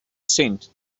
scent